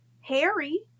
Harry